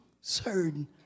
certain